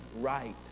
right